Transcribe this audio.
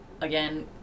again